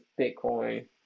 Bitcoin